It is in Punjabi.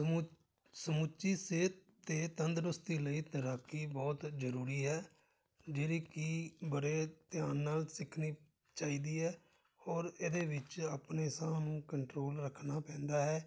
ਸਮੁ ਸਮੁੱਚੀ ਸਿਹਤ ਅਤੇ ਤੰਦਰੁਸਤੀ ਲਈ ਤੈਰਾਕੀ ਬਹੁਤ ਜ਼ਰੂਰੀ ਹੈ ਜਿਹੜੀ ਕਿ ਬੜੇ ਧਿਆਨ ਨਾਲ ਸਿੱਖਣੀ ਚਾਹੀਦੀ ਹੈ ਔਰ ਇਹਦੇ ਵਿੱਚ ਆਪਣੇ ਸਾਹ ਨੂੰ ਕੰਟਰੋਲ ਰੱਖਣਾ ਪੈਂਦਾ ਹੈ